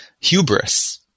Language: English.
hubris